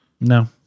No